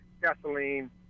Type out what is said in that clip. gasoline